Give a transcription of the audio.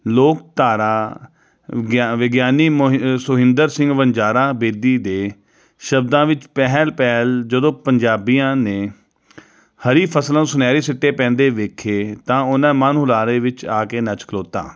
ਲੋਕ ਧਾਰਾ ਵਿਗਿਆਨੀ ਸੁਹਿੰਦਰ ਸਿੰਘ ਵਨਜਾਰਾ ਬੇਦੀ ਦੇ ਸ਼ਬਦਾਂ ਵਿੱਚ ਪਹਿਲ ਪਹਿਲ ਜਦੋਂ ਪੰਜਾਬੀਆਂ ਨੇ ਹਰੀ ਫਸਲਾਂ ਨੂੰ ਸੁਨਹਿਰੀ ਸਿੱਟੇ ਪੈਂਦੇ ਵੇਖੇ ਤਾਂ ਉਹਨਾਂ ਮਨ ਹੁਲਾਰੇ ਵਿੱਚ ਆ ਕੇ ਨੱਚ ਖਲੋਤਾ